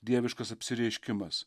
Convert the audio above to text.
dieviškas apsireiškimas